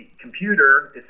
computer